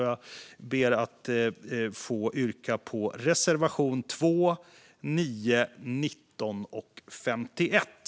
Jag ber att få yrka bifall till reservationerna 2, 9, 19 och 51.